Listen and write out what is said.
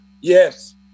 Yes